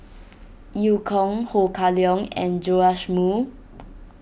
Eu Kong Ho Kah Leong and Joash Moo